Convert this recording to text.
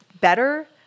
better